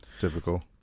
Typical